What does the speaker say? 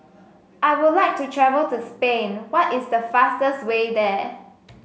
I would like to travel to Spain why is the fastest way there